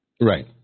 Right